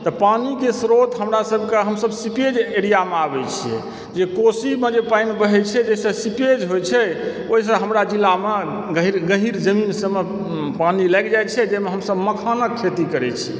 तऽ पानीके श्रोत हमरा सभके हमसभ सिपेज एरियामे आबय छियै जे कोशीमऽ जे पानि बहय छै जाहिसँ सिपेज होइत छै ओहिसँ हमरा जिलामे गहीर जमीन सभमे पानी लागि जाइ छै जाहिमे हमसभ मखानक खेती करय छी